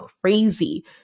crazy